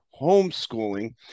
Homeschooling